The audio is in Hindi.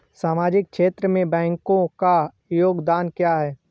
सामाजिक क्षेत्र में बैंकों का योगदान क्या है?